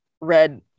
red